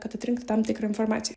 kad atrinkti tam tikrą informaciją